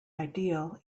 ideal